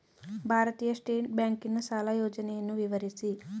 ಭಾರತೀಯ ಸ್ಟೇಟ್ ಬ್ಯಾಂಕಿನ ಸಾಲ ಯೋಜನೆಯನ್ನು ವಿವರಿಸಿ?